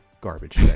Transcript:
garbage